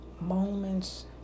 moments